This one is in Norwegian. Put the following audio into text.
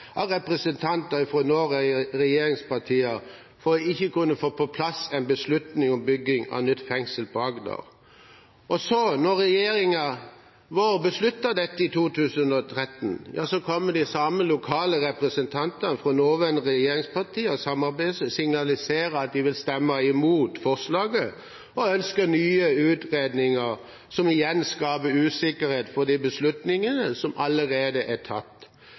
av representanter fra nåværende regjeringspartier for ikke å kunne få på plass en beslutning om bygging av nytt fengsel på Agder. Og så når regjeringen vår besluttet dette i 2013, kommer de samme lokale representanter for nåværende regjeringspartier og samarbeidspartier og signaliserer at de vil stemme imot forslaget og ønsker nye utredninger, som igjen skaper usikkerhet ved de beslutningene som allerede er tatt,